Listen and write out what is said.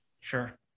sure